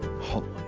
holy